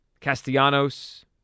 Castellanos